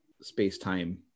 space-time